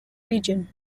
region